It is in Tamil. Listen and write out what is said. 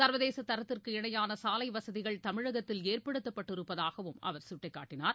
சர்வதேச தரத்திற்கு இணையான சாலை வசதிகள் தமிழகத்தில் ஏற்படுத்தப்பட்டிருப்பதாகவும் அவர் சுட்டிக்காட்டினார்